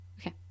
Okay